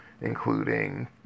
including